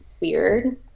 weird